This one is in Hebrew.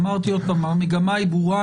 אמרתי שהמגמה היא ברורה,